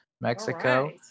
Mexico